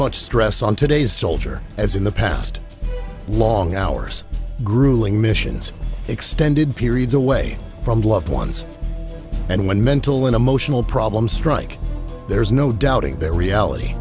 much stress on today's soldier as in the past long hours gruelling missions extended periods away from loved ones and when mental and emotional problems strike there's no doubting their reality